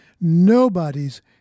Nobody's